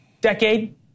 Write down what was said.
decade